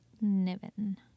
Niven